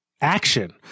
action